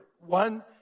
One